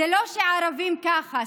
זה לא שערבים ככה.